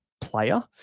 player